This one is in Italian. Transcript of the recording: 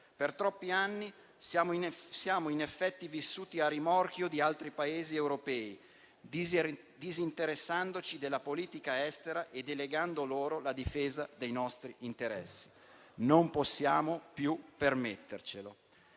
Per troppi anni siamo in effetti vissuti a rimorchio di altri Paesi europei, disinteressandoci della politica estera e delegando loro la difesa dei nostri interessi. Non possiamo più permettercelo.